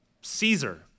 Caesar